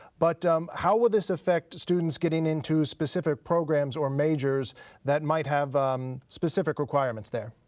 but how will this affect students getting into specific programs or majors that might have specific requirements there?